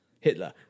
Hitler